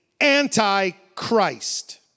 anti-Christ